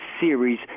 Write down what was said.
series